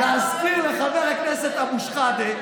חבר הכנסת אבו שחאדה,